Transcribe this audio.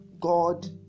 God